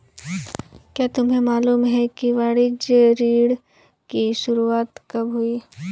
क्या तुम्हें मालूम है कि वाणिज्य ऋण की शुरुआत कब हुई?